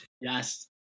Yes